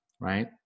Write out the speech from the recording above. right